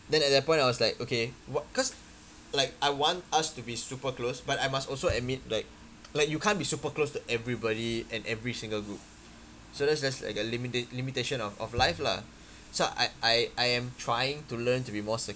then at that point I was like okay what cause like I want us to be super close but I must also admit like like you can't be super close to everybody and every single group so that's just like a limita~ limitation of of life lah so I I I am trying to learn to be more